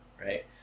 right